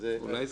זה לא קשור.